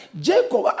Jacob